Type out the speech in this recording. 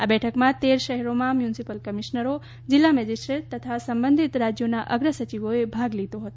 આ બેઠકમાં તેર શહેરોમાં મ્યુનિસિપલ કમીશનરો જિલ્લા મેજીસ્ટ્રેટ તથા સંબંધીત રાજ્યોના અગ્ર સચિવોએ ભાગ લીધો હતો